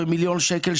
במיליון שקל,